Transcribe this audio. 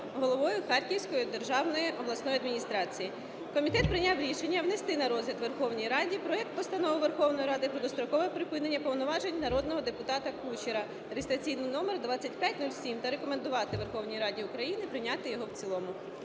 головою Харківської державної обласної адміністрації. Комітет прийняв рішення внести на розгляд Верховній Раді проект Постанови Верховної Ради про дострокове припинення повноважень народного депутата Кучера (реєстраційний номер 2507) та рекомендувати Верховній Раді України прийняти його в цілому.